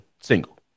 single